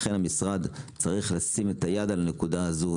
לכן המשרד צריך לשים את היד על הנקודה הזו,